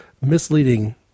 misleading